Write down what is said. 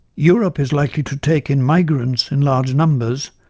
europe is likely to take in migrants in larger numbers,